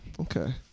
Okay